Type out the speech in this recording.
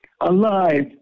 alive